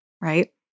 Right